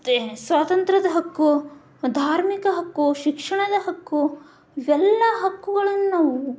ಮತ್ತು ಸ್ವಾತಂತ್ರ್ಯದ ಹಕ್ಕು ಧಾರ್ಮಿಕ ಹಕ್ಕು ಶಿಕ್ಷಣದ ಹಕ್ಕು ಇವೆಲ್ಲ ಹಕ್ಕುಗಳನ್ನು ನಾವು